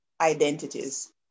identities